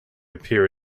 appear